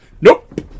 nope